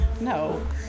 No